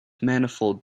manifold